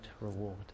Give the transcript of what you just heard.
reward